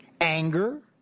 Anger